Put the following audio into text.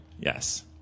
yes